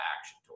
action